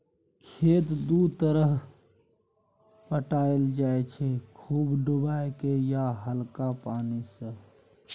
खेत दु तरहे पटाएल जाइ छै खुब डुबाए केँ या हल्का पानि सँ